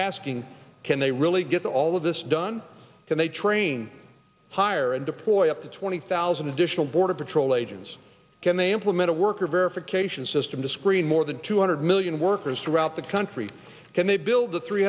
asking can they really get all of this done can they train hire and deploy up to twenty thousand additional border patrol agents can they implement a worker verification system to screen more than two hundred million workers throughout the country can they build a three